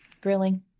Grilling